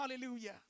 Hallelujah